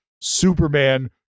Superman